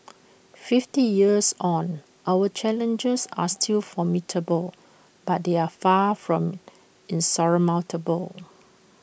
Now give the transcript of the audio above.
fifty years on our challenges are still formidable but they are far from insurmountable